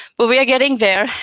but we are getting there.